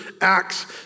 acts